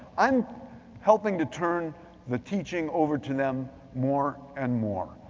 i'm helping to turn the teaching over to them more and more.